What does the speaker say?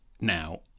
now